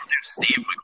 Steve